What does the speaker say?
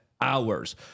hours